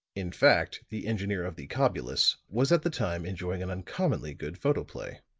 in fact, the engineer of the cobulus was at the time enjoying an uncommonly good photoplay.